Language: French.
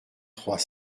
trois